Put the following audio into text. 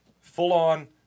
full-on